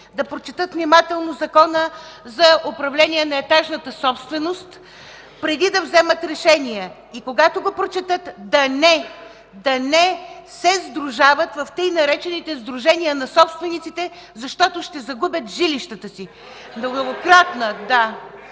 да прочетат внимателно Закона за управление на етажната собственост, преди да вземат решение. И когато го прочетат, да не се сдружават в тъй наречените „сдружения на собствениците”, защото ще загубят жилищата си. (Смях в